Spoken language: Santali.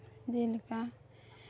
ᱡᱮᱞᱮᱠᱟ